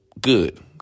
good